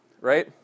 right